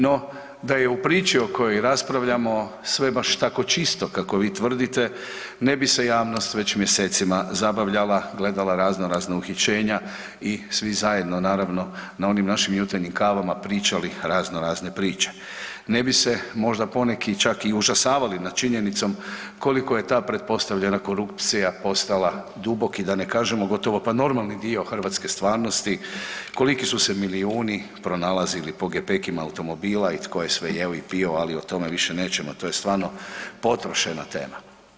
No da je u priči o kojoj raspravljamo sve baš tako čisto kako vi tvrdite ne bi se javnost već mjesecima zabavljala, gledala razno razna uhićenja i svi zajedno naravno na onim našim jutarnjim kavama pričali razno razne priče, ne bi se možda poneki i čak užasavali nad činjenicom koliko je ta pretpostavljena korupcija postala duboki, da ne kažemo, gotovo pa normalni dio hrvatske stvarnosti, koliki su se milijuni pronalazili po gepekima automobila i tko je sve jeo i pio, ali o tome više nećemo, to je stvarno potrošena tema.